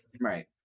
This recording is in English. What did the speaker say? right